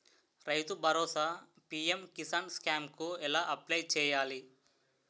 రైతు Bharosa PM Kisan scheme కు ఎలా అప్లయ్ చేయాలి?